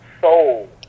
soul